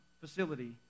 facility